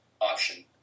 option